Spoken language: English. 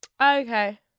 Okay